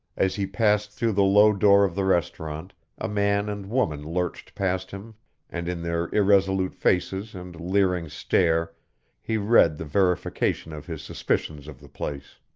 as he passed through the low door of the restaurant a man and woman lurched past him and in their irresolute faces and leering stare he read the verification of his suspicions of the place.